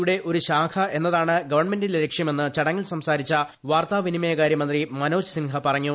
യുടെ ഒരു ശാഖ എന്നതാണ് ഗവൺമെന്റിന്റെ ലക്ഷ്യമെന്ന് ചടങ്ങിൽ സംസാരിച്ച വാർത്താ വിനിമയകാര്യ മന്ത്രി മനോജ് സിൻഹ പറഞ്ഞു